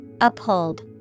Uphold